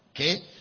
Okay